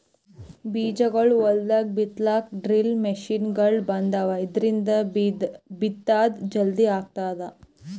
ಬೀಜಾಗೋಳ್ ಹೊಲ್ದಾಗ್ ಬಿತ್ತಲಾಕ್ ಡ್ರಿಲ್ ಮಷಿನ್ಗೊಳ್ ಬಂದಾವ್, ಇದ್ರಿಂದ್ ಬಿತ್ತದ್ ಜಲ್ದಿ ಆಗ್ತದ